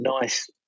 nice